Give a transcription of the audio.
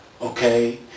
Okay